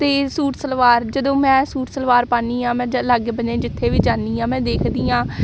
ਅਤੇ ਸੂਟ ਸਲਵਾਰ ਜਦੋਂ ਮੈਂ ਸੂਟ ਸਲਵਾਰ ਪਾਉਂਦੀ ਹਾਂ ਮੈਂ ਜ ਲਾਗੇ ਬੰਨੇ ਜਿੱਥੇ ਵੀ ਜਾਂਦੀ ਹਾਂ ਮੈਂ ਦੇਖਦੀ ਹਾਂ